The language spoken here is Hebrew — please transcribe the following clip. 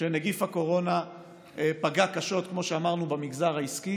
שנגיף הקורונה פגע קשות, כמו שאמרנו, במגזר העסקי.